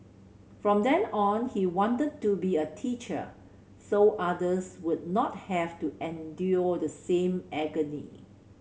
from then on he wanted to be a teacher so others would not have to endure the same agony